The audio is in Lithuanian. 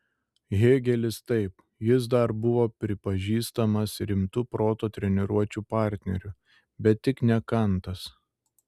hėgelis taip jis dar buvo pripažįstamas rimtu proto treniruočių partneriu bet tik ne kantas